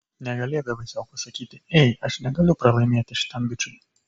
negalėdavai sau pasakyti ei aš negaliu pralaimėti šitam bičui